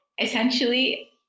essentially